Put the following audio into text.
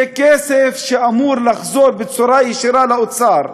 זה כסף שאמור לחזור בצורה ישירה לאוצר.